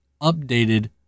updated